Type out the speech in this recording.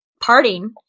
parting